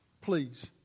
Please